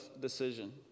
decision